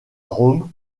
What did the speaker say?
rome